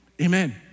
Amen